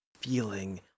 feeling